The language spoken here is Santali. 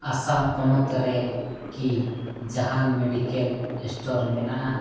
ᱟᱥᱟᱢ ᱯᱚᱱᱚᱛ ᱨᱮᱠᱤ ᱡᱟᱦᱟᱱ ᱢᱮᱰᱤᱠᱮᱞ ᱥᱴᱳᱨ ᱢᱮᱱᱟᱜᱼᱟ